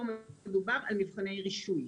פה מדובר על מבחני רישוי.